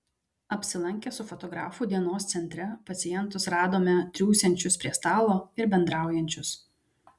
apsilankę su fotografu dienos centre pacientus radome triūsiančius prie stalo ir bendraujančius